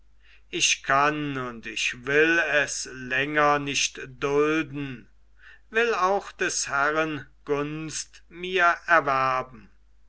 ich kann und ich will es länger nicht dulden will auch des herren gunst mir erwerben